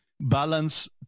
balance